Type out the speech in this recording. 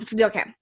okay